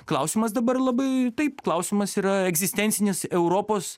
klausimas dabar labai taip klausimas yra egzistencinis europos